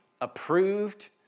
approved